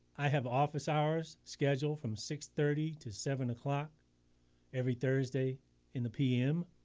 i have office hours scheduled from six thirty to seven o'clock every thursday in the p m.